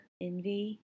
Envy